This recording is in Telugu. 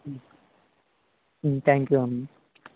థ్యాంక్ యూ అన్న